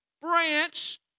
branch